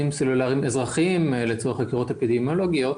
סלולריים אזרחיים לצורך חקירות אפידמיולוגיות.